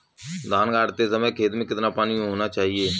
धान गाड़ते समय खेत में कितना पानी होना चाहिए?